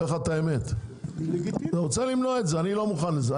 אני לא מוכן לזה,